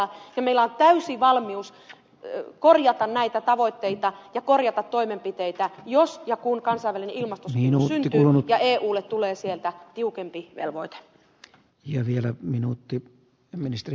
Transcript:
meillä on täysi valmius korjata näitä tavoitteita ja korjata toimenpiteitä jos ja kun kansainvälinen ilmastosopimus syntyy ja eulle tulee sieltä tiukempi ja voita ja vielä minuutti velvoite